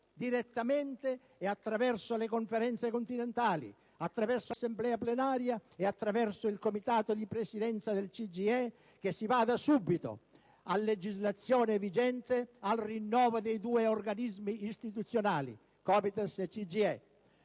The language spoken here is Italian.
direttamente e attraverso le conferenze continentali, attraverso l'assemblea plenaria e attraverso il comitato di presidenza del CGIE, che si vada subito, a legislazione vigente, al rinnovo dei due organismi istituzionali, Comites e CGIE